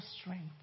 strength